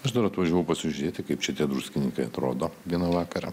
aš dar atvažiavau pasižiūrėti kaip čia tie druskininkai atrodo vieną vakarą